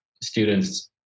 students